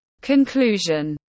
Conclusion